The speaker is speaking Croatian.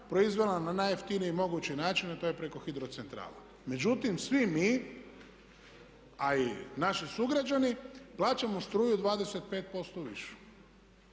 proizvela na najjeftiniji mogući način, a to je preko hidro centrale. Međutim, svi mi a i naši sugrađani plaćamo struju 25% višu.